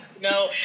No